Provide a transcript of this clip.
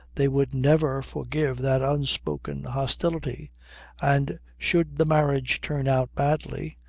they would never forgive that outspoken hostility and should the marriage turn out badly.